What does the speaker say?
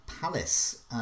Palace